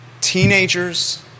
teenagers